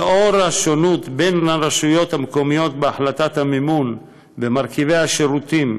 לנוכח השונות בין הרשויות המקומיות בהחלטת המימון שך מרכיבי השירותים,